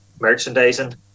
merchandising